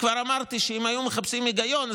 כבר אמרתי שאם היו מחפשים היגיון,